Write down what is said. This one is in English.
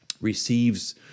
receives